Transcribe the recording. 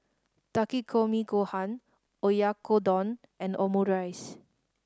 Takikomi Gohan Oyakodon and Omurice